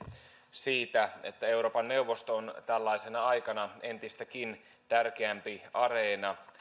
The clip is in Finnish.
siitä että euroopan neuvosto on tällaisena aikana entistäkin tärkeämpi areena